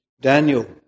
Daniel